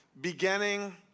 Beginning